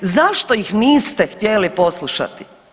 Zašto ih niste htjeli poslušati?